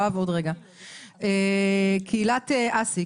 קהילת אס"י,